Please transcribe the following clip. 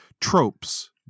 tropes